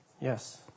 Yes